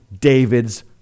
David's